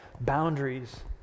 boundaries